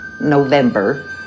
November